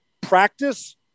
Practice